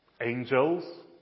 Angels